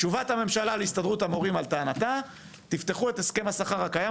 תשובת הממשלה להסתדרות המורים על טענתה: תפתחו את הסכם השכר הקיים,